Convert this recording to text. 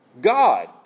God